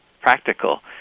practical